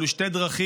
אלו שתי דרכים,